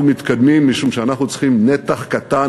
אנחנו מתקדמים משום שאנחנו צריכים נתח קטן